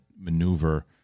maneuver